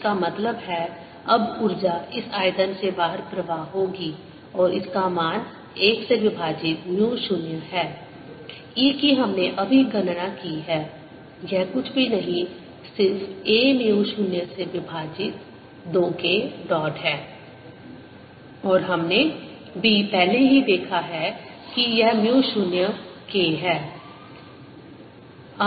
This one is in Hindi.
इसका मतलब है अब ऊर्जा इस आयतन से बाहर प्रवाह होगी और इसका मान 1 से विभाजित म्यू 0 है E की हमने अभी गणना की है यह कुछ भी नहीं सिर्फ a म्यू 0 से विभाजित 2 K डॉट है और B हमने पहले ही देखा है कि यह म्यू 0 K है